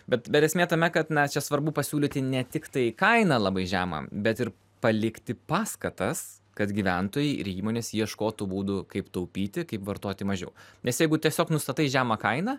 bet bet esmė tame kad na čia svarbu pasiūlyti ne tiktai kainą labai žemą bet ir palikti paskatas kad gyventojai ir įmonės ieškotų būdų kaip taupyti kaip vartoti mažiau nes jeigu tiesiog nustatai žemą kainą